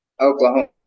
Oklahoma